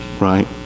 Right